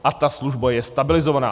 A ta služba je stabilizovaná.